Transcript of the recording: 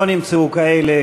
לא נמצאו כאלה.